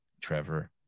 Trevor